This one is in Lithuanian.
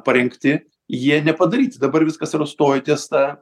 parinkti jie nepadaryti dabar viskas yra stoja ties ta